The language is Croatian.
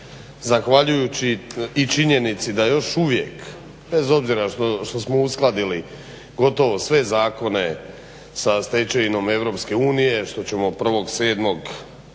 zahvaljujući i činjenici još uvijek bez obzira što smo uskladili gotovo sve zakone sa stečevinom EU što ćemo 1.7.